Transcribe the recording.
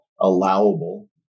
allowable